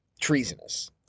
treasonous